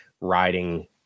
riding